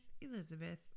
elizabeth